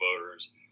voters